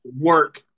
work